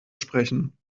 sprechen